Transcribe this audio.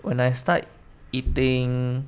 when I start eating